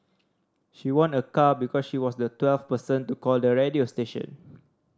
she won a car because she was the twelfth person to call the radio station